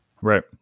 Right